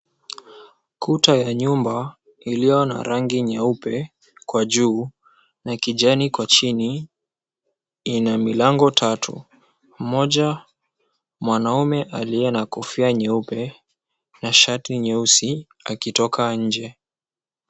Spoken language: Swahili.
Kuta ya nyumba iliyo na rangi nyeupe kwa juu, na kijani kwa chini, ina milango tatu. Moja mwanaume aliye na kofia nyeupe na shati nyeusi akitoka nje.